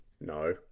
No